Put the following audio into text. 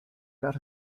got